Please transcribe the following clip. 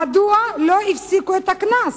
מדוע לא הפסיקו את הקנס?